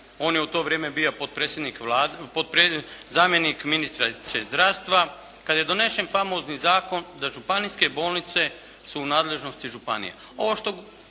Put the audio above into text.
on je u to vrijeme bio potpredsjednik, zamjenik ministrice zdravstva, kada je donesen famozni zakon da županijske bolnice su u nadležnosti županija. Ovo što